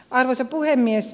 arvoisa puhemies